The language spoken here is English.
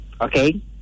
Okay